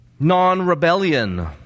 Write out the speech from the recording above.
non-rebellion